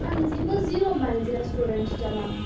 اَہَن حظ یِم حظ زیٖرو مایلٕز ریسٹورنٛٹ چھِ چَلاوان